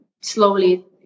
slowly